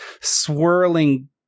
swirling